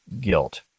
guilt